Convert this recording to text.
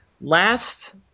Last